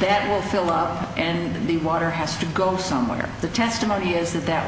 that will fill up and the water has to go somewhere the testimony is that that